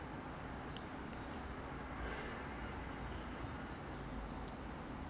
before I sleep I mean at night what's the routine is I have to use oil cleanser double cleanse lah oil cleanser first